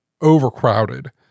overcrowded